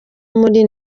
muri